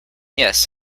yes